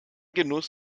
genuss